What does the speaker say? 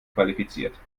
qualifiziert